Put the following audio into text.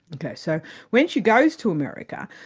so when she goes to america,